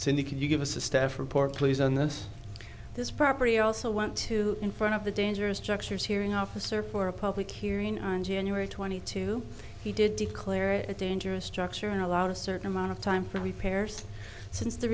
cindy can you give us a staff report please on this this property i also want to in front of the dangerous junctures hearing officer for a public hearing on january twenty two he did declare it a dangerous structure and allowed a certain amount of time for repairs since the